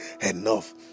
enough